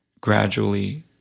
gradually